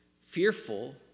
fearful